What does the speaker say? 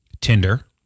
Tinder